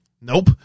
Nope